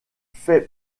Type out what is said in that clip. fait